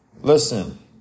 Listen